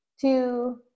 Two